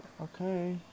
Okay